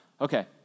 Okay